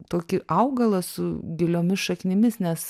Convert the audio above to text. tokį augalą su giliomis šaknimis nes